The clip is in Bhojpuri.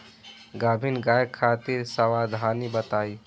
गाभिन गाय खातिर सावधानी बताई?